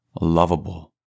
lovable